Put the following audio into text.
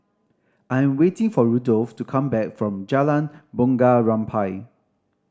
I'm waiting for Rudolph to come back from Jalan Bunga Rampai